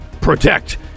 protect